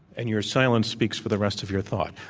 and your silence speaks for the rest of your thought.